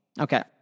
Okay